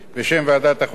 בשם ועדת החוקה,